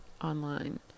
online